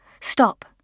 Stop